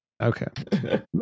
Okay